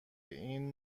این